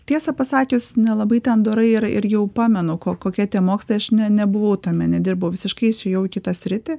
tiesą pasakius nelabai ten dorai ir ir jau pamenu kokie tie mokslai aš ne nebuvau tame nedirbau visiškai išėjau į kitą sritį